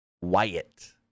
Wyatt